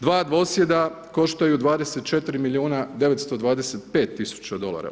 Dva dvosjeda koštaju 24 milijuna 925 tisuća dolara.